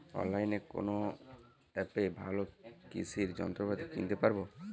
অনলাইনের কোন অ্যাপে ভালো কৃষির যন্ত্রপাতি কিনতে পারবো?